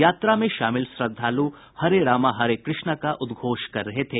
यात्रा में शामिल श्रद्वालु हरे राम हरे कृष्णा का उदघोष कर रहे थे